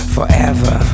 Forever